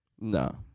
No